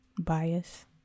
bias